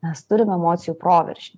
mes turim emocijų proveržį